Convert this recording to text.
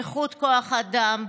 איכות כוח האדם,